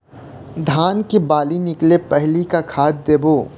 धान के बाली निकले पहली का खाद देबो?